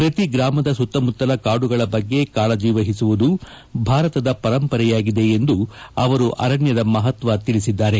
ಪ್ರತಿ ಗ್ರಾಮದ ಸುತ್ತಮುತ್ತಲ ಕಾಡುಗಳ ಬಗ್ಗೆ ಕಾಳಜಿ ವಹಿಸುವುದು ಭಾರತದ ಪರಂಪರೆಯಾಗಿದೆ ಎಂದು ಅವರು ಅರಣ್ಣದ ಮಹತ್ವ ತಿಳಿಸಿದ್ದಾರೆ